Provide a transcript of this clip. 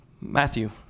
Matthew